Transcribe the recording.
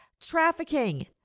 trafficking